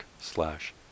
slash